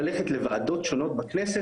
יש עוד הערה מלבד שמירה על תקן GMP?